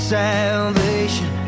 salvation